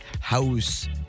house